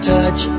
touch